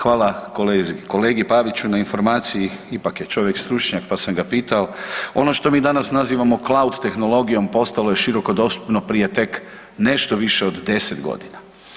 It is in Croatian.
Hvala kolegi Paviću na informaciji, ipak je čovjek stručnjak pa sam ga pitao, ono što mi danas nazivamo cloud tehnologijom, postalo je široko dostupno prije tek nešto više od 10 godina.